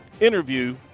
interview